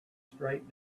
straight